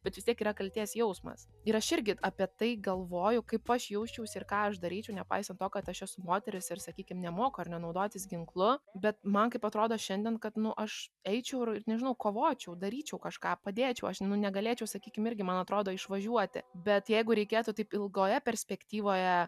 bet vis tiek yra kaltės jausmas ir aš irgi apie tai galvoju kaip aš jausčiausi ir ką aš daryčiau nepaisant to kad aš esu moteris ir sakykim nemoku ar ne naudotis ginklu bet man kaip atrodo šiandien kad nu aš eičiau ir ir nežinau kovočiau daryčiau kažką padėčiau aš negalėčiau sakykim irgi man atrodo išvažiuoti bet jeigu reikėtų taip ilgoje perspektyvoje